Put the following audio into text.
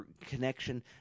connection